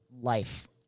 Life